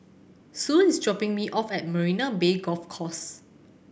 Sue is dropping me off at Marina Bay Golf Course